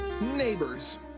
Neighbors